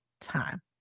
time